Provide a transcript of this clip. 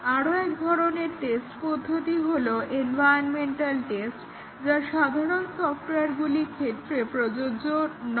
আরো এক ধরনের টেস্ট পদ্ধতি হলো এনভায়রনমেন্টাল টেস্ট যা সাধারণ সফটওয়্যারগুলির ক্ষেত্রে প্রযোজ্য নয়